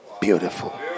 Beautiful